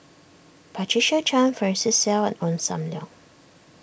Patricia Chan Francis Seow and Ong Sam Leong